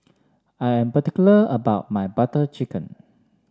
I'm particular about my Butter Chicken